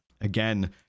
Again